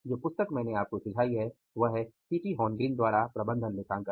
जो पुस्तक मैंने आपको सुझाई है वह है सीटी हॉर्न ग्रीन द्वारा प्रबंधन लेखांकन